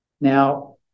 Now